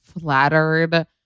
flattered